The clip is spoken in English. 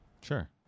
sure